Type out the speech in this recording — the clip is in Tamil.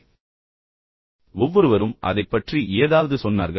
எனவே ஒவ்வொருவரும் அதைப் பற்றி ஏதாவது சொன்னார்கள்